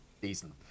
season